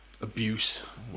abuse